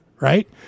right